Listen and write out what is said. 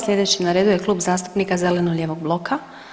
Sljedeći na redu je Klub zastupnika zeleno-lijevog bloka.